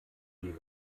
die